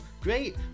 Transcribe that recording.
great